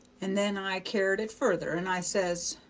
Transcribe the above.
and then i car'd it further, and i says,